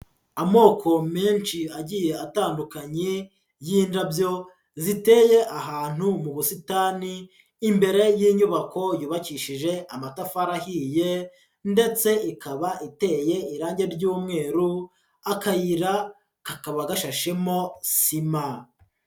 Amoko menshi agiye atandukanye y'indabyo ziteye ahantu mu busitani imbere y'inyubako yubakishije amatafari ahiye ndetse ikaba iteye irange ry'umweru, akayira kakaba gashashemo sima.